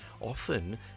often